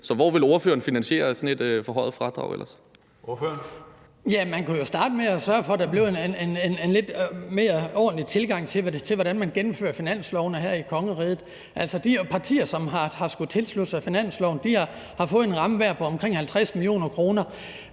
Hans Kristian Skibby (DD): Man kunne jo starte med at sørge for, at der blev en lidt mere ordentlig tilgang til, hvordan man gennemfører finanslovene her i kongeriget. De partier, som har skullet tilslutte sig finansloven, har fået en ramme hver på omkring 50 mio. kr.